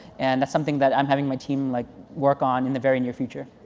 and that's something that i'm having my team like work on in the very near future.